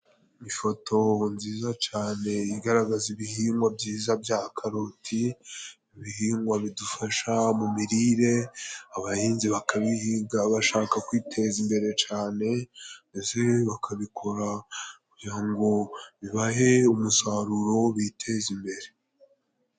Ifoto nziza cane igaragaza ibihingwa byiza bya karoti ,ibihingwa bidufasha mu mirire, abahinzi bakabihinga bashaka kwiteza imbere cane, mbese bakabikora kugira ngo bibahe umusaruro biteze imbere.